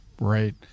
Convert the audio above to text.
Right